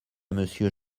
monsieur